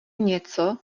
něco